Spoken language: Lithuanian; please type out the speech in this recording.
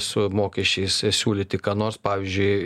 su mokesčiais siūlyti ką nors pavyzdžiui